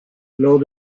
lors